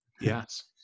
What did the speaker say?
Yes